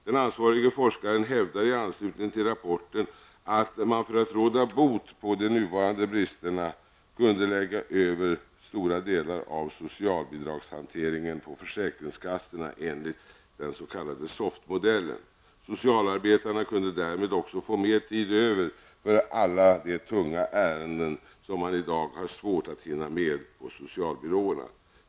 Den ansvarige forskaren hävdar i anslutning till rapporten att man för att råda bot på de nuvarande bristerna kunde lägga över stora delar av socialbidragshanteringen på försäkringskassorna enligt den s.k. Soft-modellen. Socialarbetarna kunde därmed också få mer tid över för alla de tunga ärenden som man i dag har svårt att hinna med på socialbyråerna.